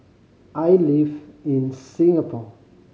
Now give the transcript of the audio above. I live in Singapore